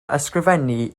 ysgrifennu